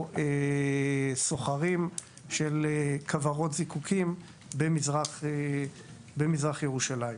סוחרים של כוורות זיקוקים במזרח ירושלים.